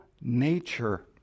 nature